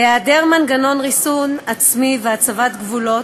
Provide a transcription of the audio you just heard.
בהיעדר מנגנון ריסון עצמי והצבת גבולות,